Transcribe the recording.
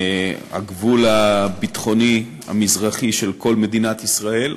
הגבול הביטחוני המזרחי של כל מדינת ישראל,